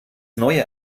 neue